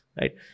right